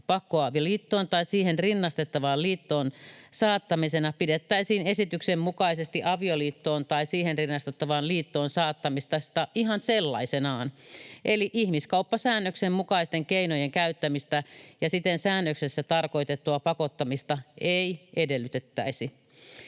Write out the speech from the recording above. pakkoavioliittoon tai siihen rinnastettavaan liittoon saattamisena pidettäisiin esityksen mukaisesti avioliittoon tai siihen rinnastettavaan liittoon saattamista ihan sellaisenaan, eli ihmiskauppasäännöksen mukaisten keinojen käyttämistä ja siten säännöksessä tarkoitettua pakottamista ei edellytettäisi.